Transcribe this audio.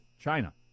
china